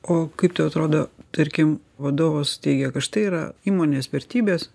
o kaip tau atrodo tarkim vadovas teigia kad štai yra įmonės vertybės